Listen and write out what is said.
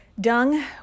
dung